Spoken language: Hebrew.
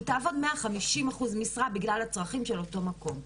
היא תעבוד 150% משרה בגלל הצרכים של אותו מקום.